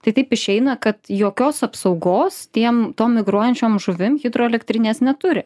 tai taip išeina kad jokios apsaugos tiem tom migruojančiom žuvim hidroelektrinės neturi